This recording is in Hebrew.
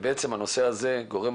זה גורם